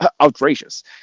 outrageous